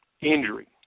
injury